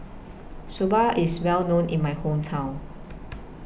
Soba IS Well known in My Hometown